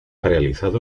realizado